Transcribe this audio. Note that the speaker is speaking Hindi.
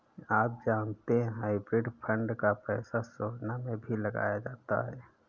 आप जानते है हाइब्रिड फंड का पैसा सोना में भी लगाया जाता है?